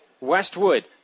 Westwood